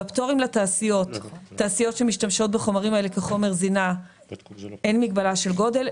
בפטורים לתעשיות שמשתמשות בחומרים האלה כחומר זינה אין מגבלה של גודל.